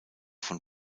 von